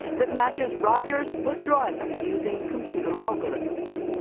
that matches riders with drivers using computer algorithms.